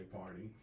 party